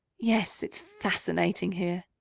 yes it's fascinating here.